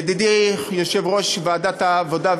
ידידי יושב-ראש ועדת העבודה,